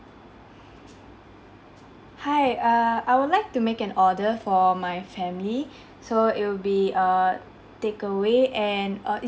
hi err I would like to make an order for my family so it will be a takeaway and err is